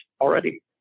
already